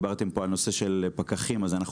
דיברתם כאן על נושא הפקחים ואנחנו